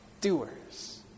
doers